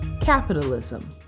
capitalism